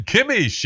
Kimmy